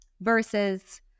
versus